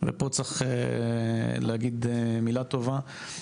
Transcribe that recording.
ופה צריך להגיד מילה טובה.